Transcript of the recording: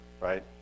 right